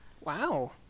Wow